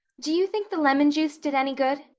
do you think the lemon juice did any good?